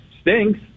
stinks